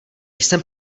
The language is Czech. jsem